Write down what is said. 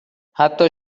حتی